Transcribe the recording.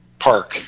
park